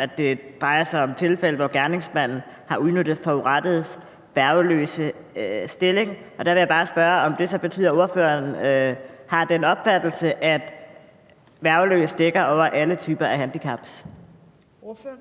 at det drejer sig om tilfælde, hvor gerningsmanden har udnyttet forurettedes værgeløse stilling. Der vil jeg bare spørge, om det så betyder, at ordføreren har den opfattelse, at »værgeløs« dækker over alle typer af handicaps. Kl.